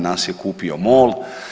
Nas je kupio MOL.